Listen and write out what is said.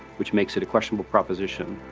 which makes it a questionable proposition.